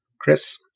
Chris